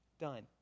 Done